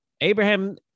Abraham